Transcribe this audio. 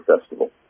festival